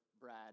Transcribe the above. Brad